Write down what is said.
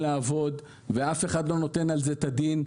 לעבוד ואף אחד לא נותן על זה את הדין.